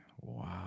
Wow